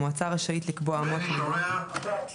המועצה רשאית לקבוע אמות מידה או